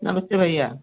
नमस्ते भैया